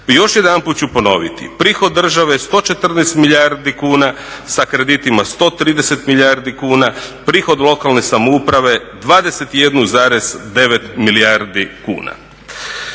Još jedanput ću ponoviti, prihod države 114 milijardi kuna sa kreditima 130 milijardi kuna, prihod lokalne samouprave 21,9 milijardi kuna.